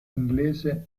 inglese